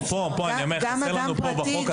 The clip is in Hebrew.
אני אומר שחסר לנו בחוק הזה.